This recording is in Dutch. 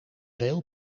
veel